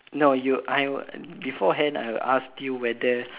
no you I beforehand I asked you whether